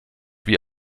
wie